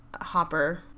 Hopper